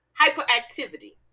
hyperactivity